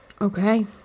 Okay